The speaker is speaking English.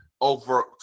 over